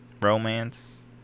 romance